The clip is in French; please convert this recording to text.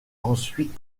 ensuite